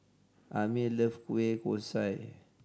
Amir loves kueh kosui